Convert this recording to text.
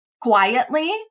quietly